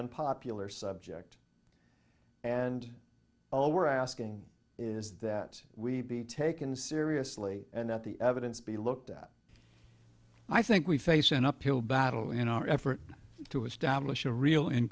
unpopular subject and all we're asking is that we be taken seriously and that the evidence be looked at i think we face an uphill battle in our effort to establish a real